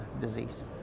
disease